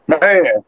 Man